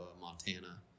Montana